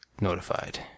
notified